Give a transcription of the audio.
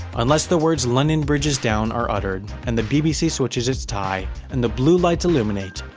unless the words london bridge is down are uttered and the bbc switches its tie and the blue lights illuminate,